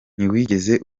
ntiwigeze